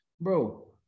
bro